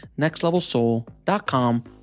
nextlevelsoul.com